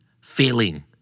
feeling